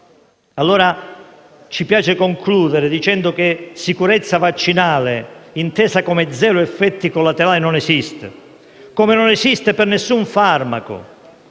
alla comunità. Per concludere, diciamo che sicurezza vaccinale intesa come zero effetti collaterali non esiste, così come non esiste per nessun farmaco.